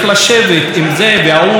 ואנשים בינתיים נהרגים.